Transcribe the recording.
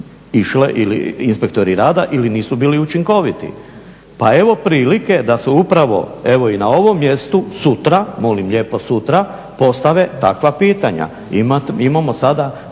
išle ili inspektori rada ili nisu bili učinkoviti pa evo prilike da se upravo evo i na ovom mjestu sutra, molim lijepo sutra postave takva pitanja, imamo sada